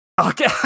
Okay